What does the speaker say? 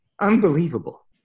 unbelievable